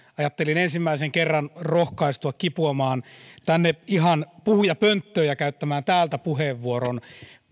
ajattelin ensimmäisen kerran rohkaistua kipuamaan ihan tänne puhujapönttöön ja käyttämään täältä puheenvuoron